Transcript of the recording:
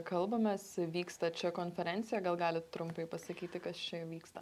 kalbamės vyksta čia konferencija gal galit trumpai pasakyti kas čia vyksta